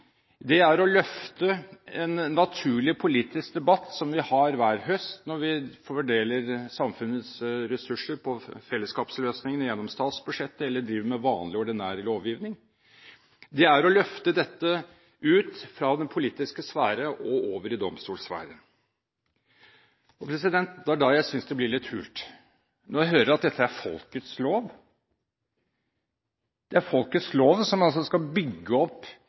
Det er å løfte en naturlig politisk debatt som vi har hver høst, når vi fordeler samfunnets ressurser på fellesskapsløsningene gjennom statsbudsjettet, eller driver med vanlig, ordinær lovgivning. Det er å løfte dette ut fra den politiske sfære og over i domstolssfæren. Det er da jeg synes det blir litt hult når jeg hører at dette er folkets lov. Det er folkets lov som altså skal bygge opp